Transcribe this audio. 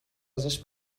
ازش